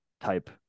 type